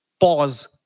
pause